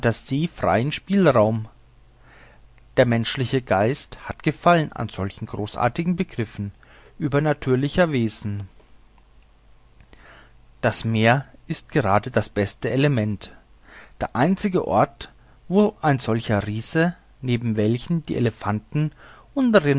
freien spielraum der menschliche geist hat gefallen an solchen großartigen begriffen übernatürlicher wesen das meer ist gerade das beste element der einzige ort wo solche riesen neben welchen die elephanten